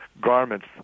garments